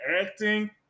acting